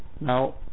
now